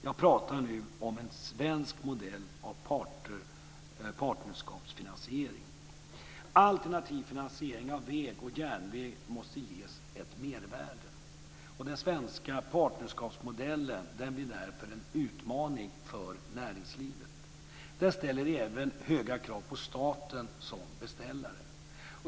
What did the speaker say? Jag pratar nu om en svensk modell av partnerskapsfinansiering. Alternativ finansiering av väg och järnväg måste ges ett mervärde. Den svenska partnerskapsmodellen blir därför en utmaning för näringslivet. Den ställer även höga krav på staten som beställare.